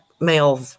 male